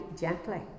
gently